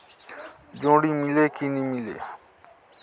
जोणी मीले कि नी मिले?